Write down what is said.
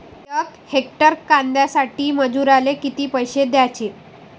यक हेक्टर कांद्यासाठी मजूराले किती पैसे द्याचे?